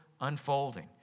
unfolding